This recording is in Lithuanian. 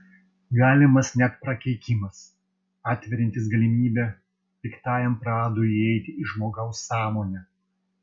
galimas net prakeikimas atveriantis galimybę piktajam pradui įeiti į žmogaus sąmonę